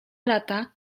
lata